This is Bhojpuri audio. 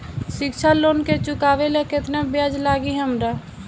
शिक्षा लोन के चुकावेला केतना ब्याज लागि हमरा?